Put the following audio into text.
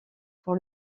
pour